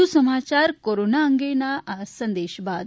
વધુ સમાચાર કોરોના અંગેના સંદેશ બાદ